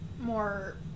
more